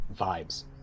vibes